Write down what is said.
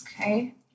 Okay